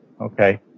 Okay